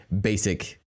basic